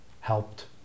helped